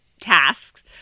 tasks